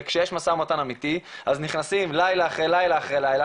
וכשיש משא ומתן אמיתי אז נכנסים לילה אחרי לילה אחרי לילה,